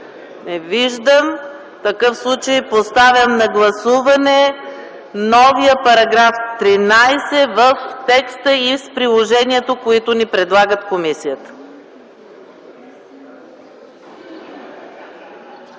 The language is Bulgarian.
Не виждам. В такъв случай поставям на гласуване новия § 13 в текста и с приложението, които ни предлага комисията.